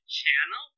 channel